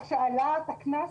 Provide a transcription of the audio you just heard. העלאת הקנס